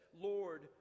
Lord